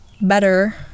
better